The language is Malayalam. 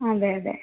അതെ അതെ